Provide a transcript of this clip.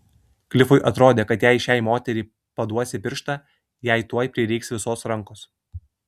klifui atrodė kad jei šiai moteriai paduosi pirštą jai tuoj prireiks visos rankos